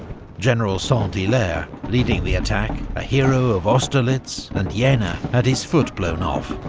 general saint-hilaire, leading the attack, a hero of austerlitz and yeah jena, had his foot blown off,